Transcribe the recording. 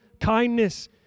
kindness